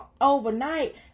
overnight